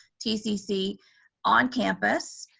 tcc on campus,